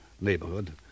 neighborhood